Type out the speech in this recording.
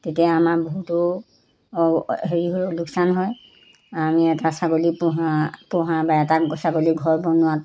তেতিয়া আমাৰ বহুতো হেৰি হৈ লোকচান হয় আমি এটা ছাগলী পোহা পোহা বা এটা ছাগলী ঘৰ বনোৱাত